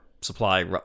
supply